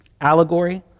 Allegory